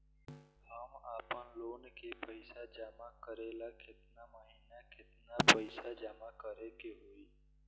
हम आपनलोन के पइसा जमा करेला केतना महीना केतना पइसा जमा करे के होई?